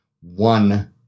One